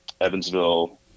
evansville